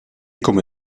come